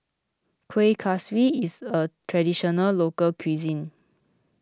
Kueh Kaswi is a Traditional Local Cuisine